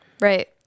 Right